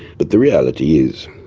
but the reality is,